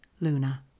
Luna